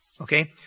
okay